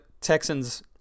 Texans